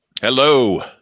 Hello